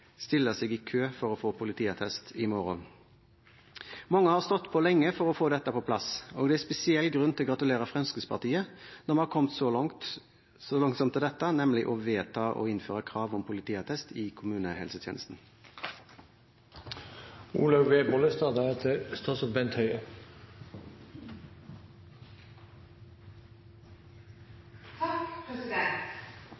stille seg i kø for å få politiattest i morgen. Mange har stått på lenge for å få dette på plass, og det er spesielt grunn til å gratulere Fremskrittspartiet når vi har kommet så langt som til dette, nemlig å vedta å innføre krav om politiattest i